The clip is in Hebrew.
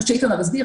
כמו שאיתמר הסביר,